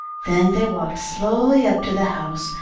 then they walked slowly up to the house,